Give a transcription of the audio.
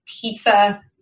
pizza